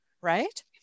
right